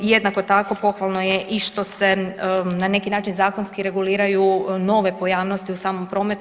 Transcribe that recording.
Jednako tako pohvalno je i što se na neki način zakonski reguliraju nove pojavnosti u samom prometu.